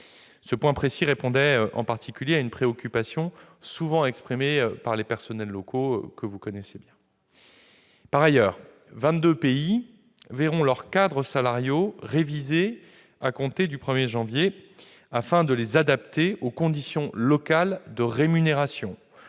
Ce point précis répondait à une préoccupation souvent exprimée par les personnels locaux. Par ailleurs, 22 pays verront leurs cadres salariaux révisés à compter du 1 janvier 2017, afin de les adapter aux conditions locales de rémunération,